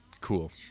Cool